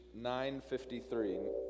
953